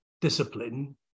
discipline